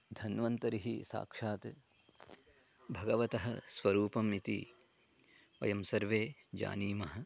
धन्वन्तरिः साक्षात् भगवतः स्वरूपम् इति वयं सर्वे जानीमः